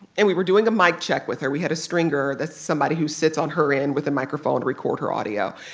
and we were doing a mic check with her. we had a stringer. that's somebody who sits on her end with a microphone to record her audio.